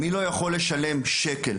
מי לא יכול לשלם שקל?